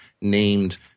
named